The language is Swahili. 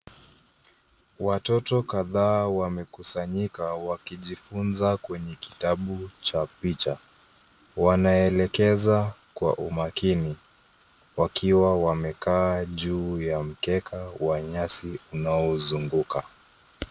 Watoto kadhaa wamekusanyika wakijifunza kwenye kitabu cha picha. Wanaelekeza kwa umakini, wakiwa wamekaa juu ya mkeka wa nyasi unaouzunguka.